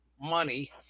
money